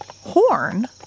horn